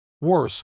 Worse